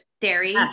dairy